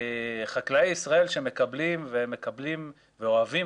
חקלאי ישראל שמקבלים והם מקבלים ואוהבים